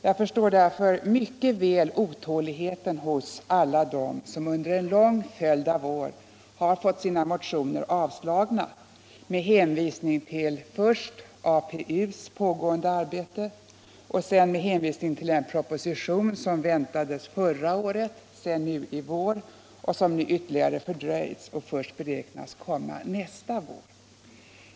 Jag förstår mycket väl otåligheten hos alla dem som under en lång följd av år fått sina motioner avslagna med hänvisning först till APU:s pågående arbete och sedan till den proposition som först väntades förra året, sedan nu i vår och nu ytterligare fördröjts och beräknas framläggas först nästa vår.